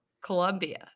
Colombia